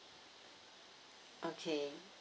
okay